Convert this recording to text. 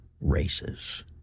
races